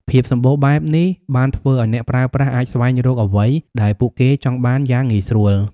ភាពសម្បូរបែបនេះបានធ្វើឱ្យអ្នកប្រើប្រាស់អាចស្វែងរកអ្វីដែលពួកគេចង់បានយ៉ាងងាយស្រួល។